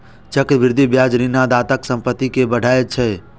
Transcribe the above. चक्रवृद्धि ब्याज ऋणदाताक संपत्ति कें बढ़ाबै छै